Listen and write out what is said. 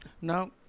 now